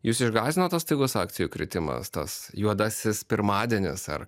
jus išgąsdino tas staigus akcijų kritimas tas juodasis pirmadienis ar